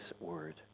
word